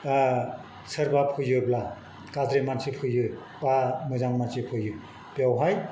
सोरबा फैयोब्ला गाज्रि मानसि फैयो बा मोजां मानसि फैयो बेवहाय